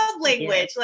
language